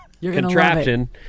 contraption